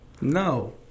No